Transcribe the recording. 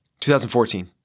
2014